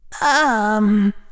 Um